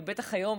בטח היום,